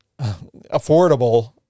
affordable